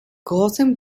großem